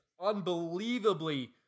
unbelievably